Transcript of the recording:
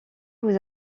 aux